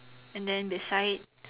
and then beside